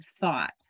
thought